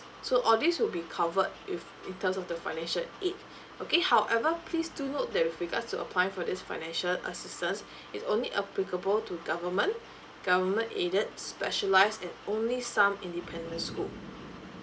so all these will be covered with in terms of the financial aid okay however please do note that with regards to applying for this financial assistance it's only applicable to government government aided specialised in only some independent school